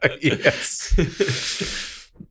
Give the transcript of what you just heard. Yes